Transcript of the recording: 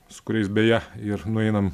su kuriais beje ir nueinam